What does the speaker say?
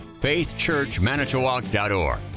faithchurchmanitowoc.org